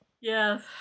Yes